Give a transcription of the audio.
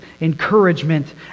encouragement